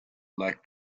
like